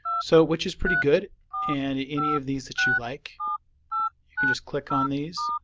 so which is pretty good and any of these that you like you can just click on these